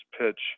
pitch